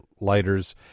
lighters